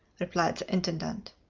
replied the intendant.